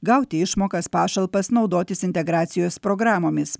gauti išmokas pašalpas naudotis integracijos programomis